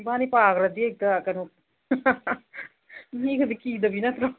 ꯏꯕꯥꯅꯤ ꯄꯥꯈ꯭ꯔꯗꯤ ꯍꯦꯛꯇ ꯀꯩꯅꯣ ꯃꯤꯒꯁꯦ ꯀꯤꯗꯕꯤ ꯅꯠꯇ꯭ꯔꯣ